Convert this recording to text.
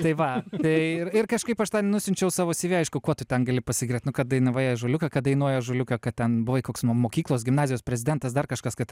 tai va tai ir ir kažkaip aš ten nusiunčiau savo cv aišku kuo tu ten gali pasigirt nu kad dainavai ąžuoliuke kad dainuoji ąžuoliuke kad ten buvai koks mokyklos gimnazijos prezidentas dar kažkas kad ten